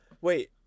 wait